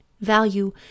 value